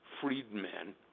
freedmen